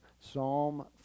psalm